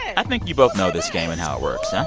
i think you both know this game and how it works, yeah